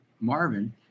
Marvin